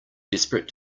desperate